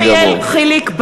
(קוראת בשמות חברי הכנסת) יחיאל חיליק בר,